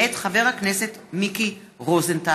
מאת חבר הכנסת מיקי רוזנטל,